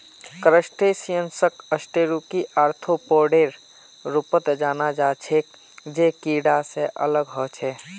क्रस्टेशियंसक अकशेरुकी आर्थ्रोपोडेर रूपत जाना जा छे जे कीडा से अलग ह छे